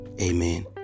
Amen